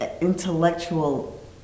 intellectual